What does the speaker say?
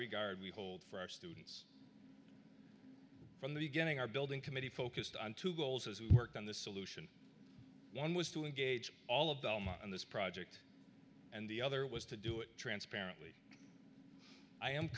regard we hold for our students from the beginning our building committee focused on two goals as we worked on the solution one was to engage all of them on this project and the other was to do it transparently i